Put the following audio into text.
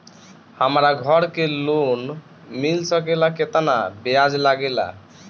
हमरा घर के लोन मिल सकेला केतना ब्याज लागेला?